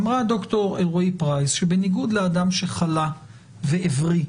אמרה ד"ר אלרועי פרייס שבניגוד לאדם שחלה והבריא,